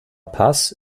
paz